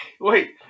wait